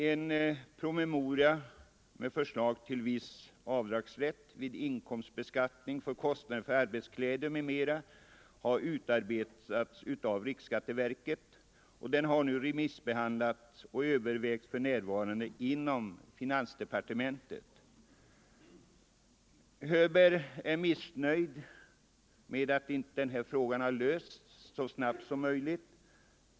En promemoria med förslag till viss avdragsrätt vid inkomstbeskattningen för kostnader för arbetskläder m.m. har utarbetats av riksskatteverket. Den har nu remissbehandlats och övervägs för närvarande inom finansdepartementet. Herr Hörberg är missnöjd med att denna fråga inte har lösts tillräckligt snabbt.